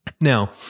Now